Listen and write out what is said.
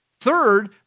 Third